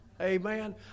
Amen